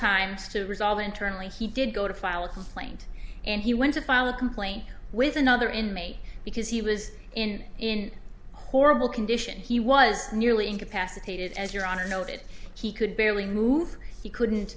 times to resolve internally he did go to file a complaint and he went to file a complaint with another inmate because he was in in horrible condition he was nearly incapacitated as your honor you know that he could barely move he couldn't